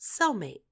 cellmate